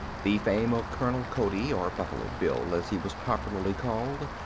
the fame of colonel cody, or buffalo bill as he was popularly called,